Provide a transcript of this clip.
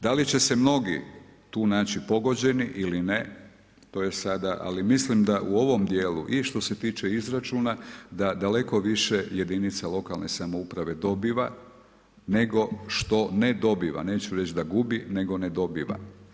Da li će se mnogi tu naći pogođeni ili ne, to je sada ali mislim da u ovom dijelu i što se tiče izračuna da daleko više jedinica lokalne samouprave dobiva nego što ne dobiva, neću reći da gubi nego ne dobiva.